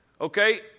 Okay